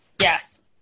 Yes